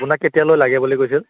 আপোনাক কেতিয়ালৈ লাগে বুলি কৈছিল